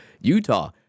Utah